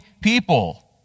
people